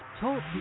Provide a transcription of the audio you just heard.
Talk